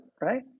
right